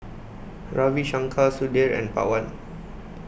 Ravi Shankar Sudhir and Pawan